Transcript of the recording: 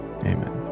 amen